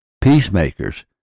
peacemakers